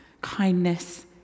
kindness